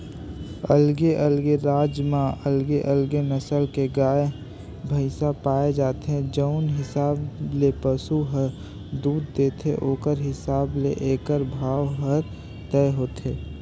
अलगे अलगे राज म अलगे अलगे नसल के गाय, भइसी पाए जाथे, जउन हिसाब ले पसु ह दूद देथे ओखरे हिसाब ले एखर भाव हर तय होथे